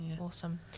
Awesome